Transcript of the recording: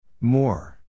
More